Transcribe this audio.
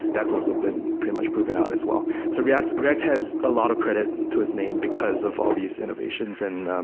that's also been pretty much proven out as well. so react react has a lot of credit to its name because of all these innovations. and